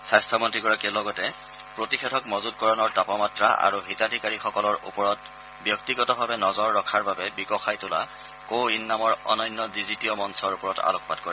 স্বাস্থ্যমন্ত্ৰীগৰাকীয়ে লগতে প্ৰতিষেধক মজুতকৰণৰ তাপমাত্ৰা আৰু হিতাধিকাৰীসকলৰ ওপৰত ব্যক্তিগতভাৱে নজৰ ৰখাৰ বাবে বিকশাই তোলা কো ৱিন নামৰ অনন্য ডিজিটিঅ' মঞ্চৰ ওপৰত আলোকপাত কৰে